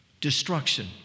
Destruction